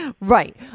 Right